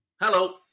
hello